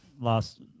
last